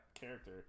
character